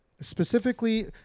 specifically